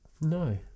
No